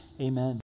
Amen